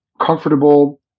comfortable